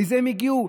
מזה הם הגיעו.